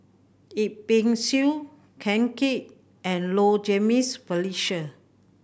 Yip Pin Xiu Ken Seet and Low Jimenez Felicia